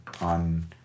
on